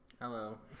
Hello